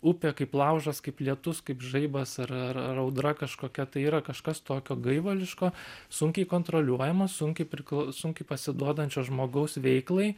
upė kaip laužas kaip lietus kaip žaibas ar ar audra kažkokia tai yra kažkas tokio gaivališko sunkiai kontroliuojamo sunkiai prikla sunkiai pasiduodančio žmogaus veiklai